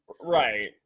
Right